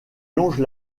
longe